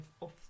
off